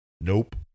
Nope